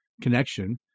connection